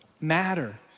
matter